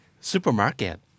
Supermarket